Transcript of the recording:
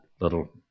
little